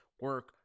Work